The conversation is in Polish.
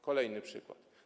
Kolejny przykład.